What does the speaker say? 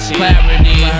clarity